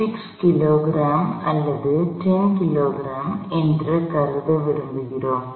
6 kilogram அல்லது 10 kilogram என்று கருத விரும்புகிறோம்